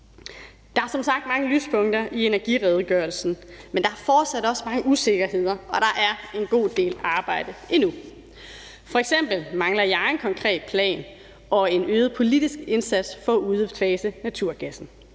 Der er som sagt mange lyspunkter i redegørelsen, men der er fortsat også mange usikkerheder, og der er en god del arbejde endnu. F.eks. mangler jeg en konkret plan og en øget politisk indsats for at udfase naturgassen.